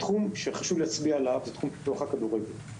התחום שחשוב להצביע עליו הוא תחום פיתוח הכדורגל.